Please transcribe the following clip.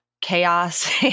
chaos